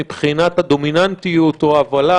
מבחינת הדומיננטיות או ההובלה,